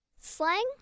Slang